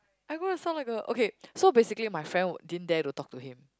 I gonna sound like a okay so basically my friend didn't dare to talk to him